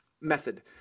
method